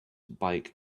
bike